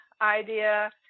idea